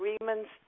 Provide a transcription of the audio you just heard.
agreements